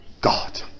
God